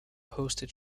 hosted